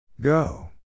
Go